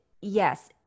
Yes